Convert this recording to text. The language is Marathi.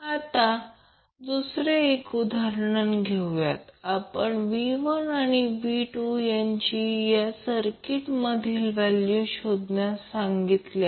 आता दुसरे एक उदाहरण घेऊया आपल्याला V1 आणि V2 यांची या सर्किट मधली व्हॅल्यू शोधण्यास सांगितले सांगितले आहे